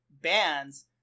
Bands